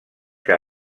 que